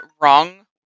wrong